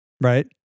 right